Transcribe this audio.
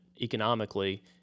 economically